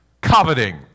coveting